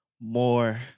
more